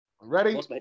ready